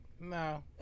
No